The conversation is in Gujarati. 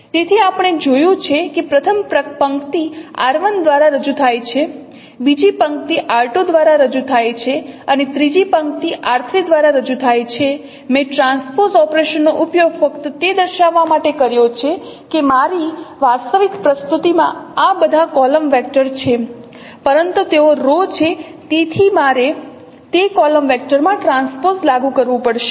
તેથી આપણે જોયું છે કે પ્રથમ પંક્તિ r1 દ્વારા રજૂ થાય છે બીજી પંક્તિ r2 દ્વારા રજૂ થાય છે અને ત્રીજી પંક્તિ r3 દ્વારા રજૂ થાય છે મેં ટ્રાન્સપોઝ ઓપરેશનનો ઉપયોગ ફક્ત તે દર્શાવવા માટે કર્યો છે કે મારી વાસ્તવિક પ્રસ્તુતિમાં આ બધા કોલમ વેક્ટર છે પરંતુ તેઓ રો છે તેથી મારે તે કોલમ વેક્ટરમાં ટ્રાન્સપોઝ લાગુ કરવું પડશે